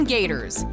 Gators